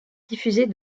diffusée